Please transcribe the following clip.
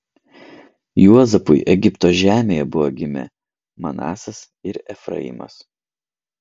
juozapui egipto žemėje buvo gimę manasas ir efraimas